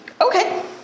okay